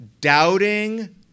Doubting